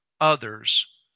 others